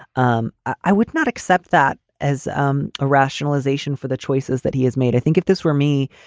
um i would not accept that as um a rationalization for the choices that he has made. i think if this were me,